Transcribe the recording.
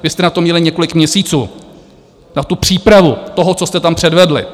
Vy jste na to měli několik měsíců, na přípravu toho, co jste tam předvedli.